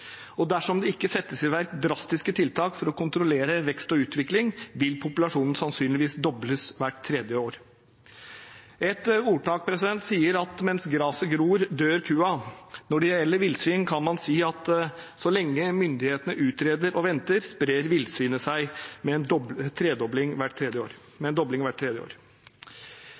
Dersom det ikke settes i verk drastiske tiltak for å kontrollere vekst og utvikling, vil populasjonen sannsynligvis dobles hvert tredje år. Et ordtak sier at mens graset gror, dør kua. Når det gjelder villsvin, kan man si at så lenge myndighetene utreder og venter, sprer villsvinet seg med en dobling hvert tredje år.